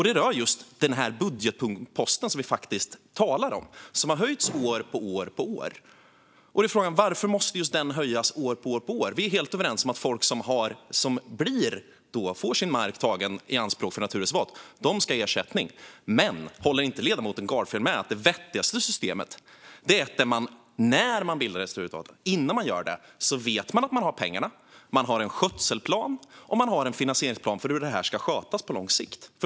Den rör just den budgetpost som vi faktiskt talar om som har höjts år efter år. Frågan är varför just den måste höjas år efter år. Vi är helt överens om att folk som får sin mark tagen i anspråk för naturreservat ska ha ersättning. Men håller inte ledamoten Gardfjell med om att det vettigaste systemet är att man innan man skapar naturreservat vet att man har pengarna, att man har en skötselplan och att man har en finansieringsplan för hur detta ska skötas på lång sikt?